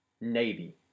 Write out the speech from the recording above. Navy